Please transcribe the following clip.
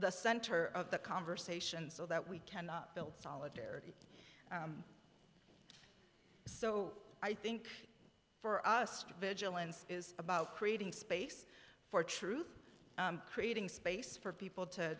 the center of the conversation so that we can build solidarity so i think for us to vigilance is about creating space for truth creating space for people to